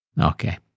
Okay